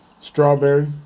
Strawberry